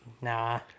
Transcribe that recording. Nah